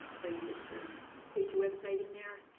so you just um paste your website in there,